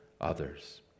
others